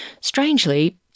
Strangely